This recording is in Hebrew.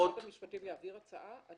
משרד המשפטים יעביר הצעה?